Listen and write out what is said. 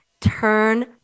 turn